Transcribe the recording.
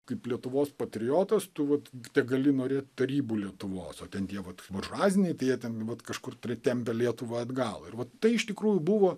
kaip lietuvos patriotas tu vat tegali norėti tarybų lietuvos o ten tie vat buržuazinėje jie ten vat kažkur tempę lietuvą atgal ir vat tai iš tikrųjų buvo